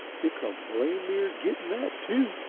yuh come blame near gittin' that, too!